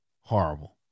Horrible